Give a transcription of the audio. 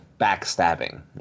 backstabbing